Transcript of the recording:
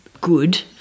good